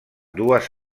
dues